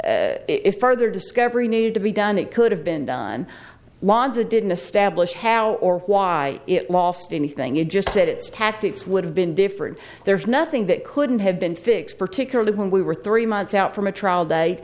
if further discovery needed to be done it could have been done wanted didn't establish how or why it lost anything it just said its tactics would have been different there's nothing that couldn't have been fixed particularly when we were three months out from a trial da